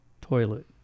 toilet